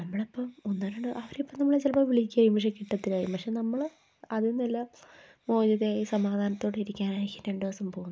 നമ്മളിപ്പോള് ഒന്നോ രണ്ടോ അവരിപ്പോള് നമ്മളെ ചിലപ്പോള് വിളിക്കുവായിരിക്കും പക്ഷെ കിട്ടത്തില്ലായിരിക്കും പക്ഷേ നമ്മള് അതില്നിന്നെല്ലാം മോചിതയായി സമാധാനത്തോടിരിക്കാൻ ആയിരിക്കും രണ്ടു ദിവസം പോകുന്നത്